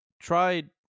tried